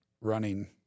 running